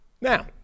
now